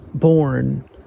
born